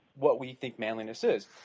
what we think manliness is.